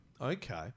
Okay